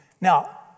Now